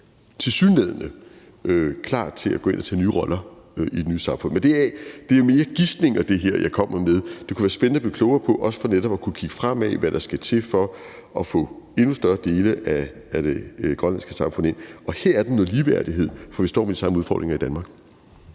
tilsyneladende er klar til at gå ind at tage nye roller i det nye samfund. Men det, jeg kommer med her, er mere gisninger. Det kunne være spændende at blive klogere på, for netop også at kunne kigge fremad, hvad der skal til for at få endnu større dele af det grønlandske samfund ind, og her er der noget ligeværdighed, for vi står med de samme udfordringer i Danmark.